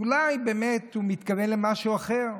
ואולי באמת הוא מתכוון למשהו אחר.